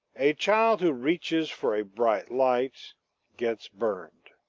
a child who reaches for a bright light gets burned.